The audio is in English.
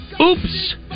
Oops